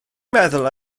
meddwl